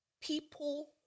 people